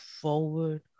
forward